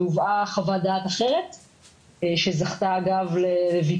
והובעה חוות דעת אחרת שזכתה לביקורת